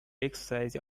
exercise